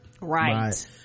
Right